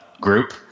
group